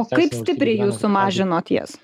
o kaip stipriai jūs sumažinot jas